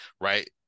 right